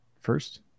first